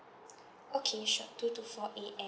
okay sure two to four A_M